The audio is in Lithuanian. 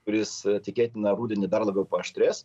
kuris tikėtina rudenį dar labiau paaštrės